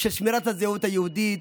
של שמירת הזהות היהודית,